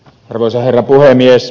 arvoisa herra puhemies